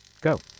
go